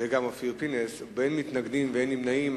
ואין נמנעים.